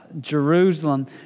Jerusalem